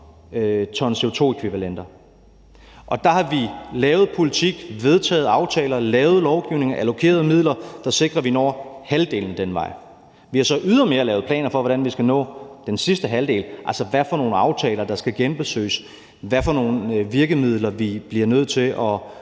t CO2-ækvivalenter. Og der har vi lavet politik, vedtaget aftaler, lavet lovgivning, allokeret midler, der sikrer, at vi når halvdelen den vej. Vi har så ydermere lavet planer for, hvordan vi skal nå den sidste halvdel, altså hvilke aftaler der skal genbesøges, hvilke virkemidler vi bliver nødt til at